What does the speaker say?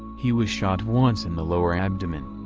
he was shot once in the lower abdomen.